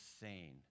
sane